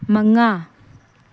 ꯃꯉꯥ